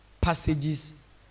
Passages